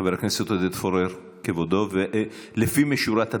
חבר הכנסת עודד פורר, כבודו, ולפנים משורת הדין,